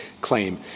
claim